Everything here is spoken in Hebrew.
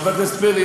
חבר הכנסת פרי,